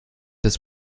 des